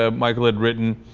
ah michael had written